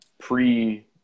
pre